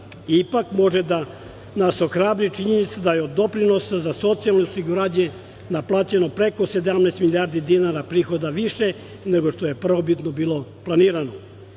Ipak može da nas ohrabri činjenica da je od doprinosa za socijalno osiguranje naplaćeno preko 17 milijardi dinara prihoda više nego što je prvobitno bilo planirano. Slične